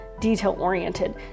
detail-oriented